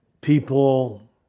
people